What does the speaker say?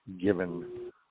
given